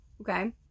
okay